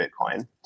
Bitcoin